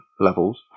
levels